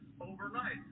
overnight